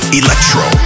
electro